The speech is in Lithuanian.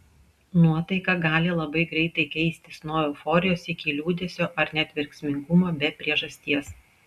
nuotaika gali labai greitai keistis nuo euforijos iki liūdesio ar net verksmingumo be priežasties